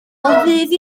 ddydd